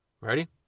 Ready